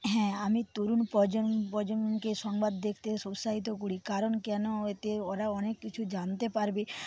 হ্যাঁ আমি তরুণ প্রজন্মকে সংবাদ দেখতে উৎসাহিত করি কারণ কেন এতে ওরা অনেক কিছু জানতে পারবে